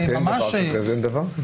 אבל אם אין דבר כזה, אז אין דבר כזה.